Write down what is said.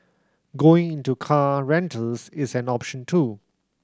going into car rentals is an option too